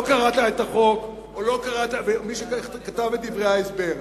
לא קראת את החוק ומישהו כתב את דברי ההסבר,